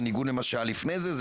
בניגוד למה שהיה לפני כן,